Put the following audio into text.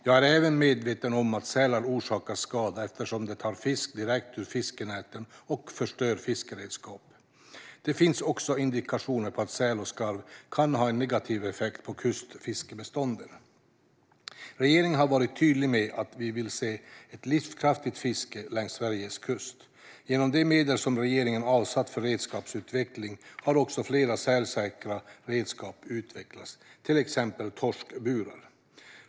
Jag är även medveten om att sälarna orsakar skada eftersom de tar fisk direkt ur fiskenäten och förstör fiskeredskap. Det finns också indikationer på att säl och skarv kan ha en negativ effekt på kustfiskebestånden. Regeringen har varit tydlig med att vi vill se ett livskraftigt fiske längs Sveriges kust. Genom de medel som regeringen avsatt för redskapsutveckling har också flera sälsäkra redskap utvecklats, till exempel torskburar.